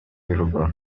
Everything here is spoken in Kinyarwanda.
yurugo